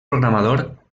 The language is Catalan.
programador